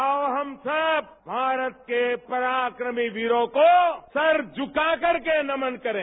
आओ हम सब भारत के पराक्रमी वीरों को सर झुकाकर के नमन करें